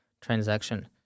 transaction